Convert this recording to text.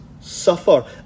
suffer